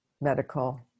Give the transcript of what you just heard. medical